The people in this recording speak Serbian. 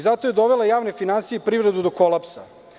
Zato je dovela javne finansije i privredu do kolapsa.